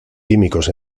químicos